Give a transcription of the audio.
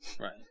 Right